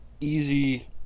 easy